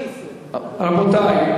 רבותי,